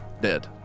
Dead